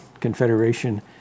Confederation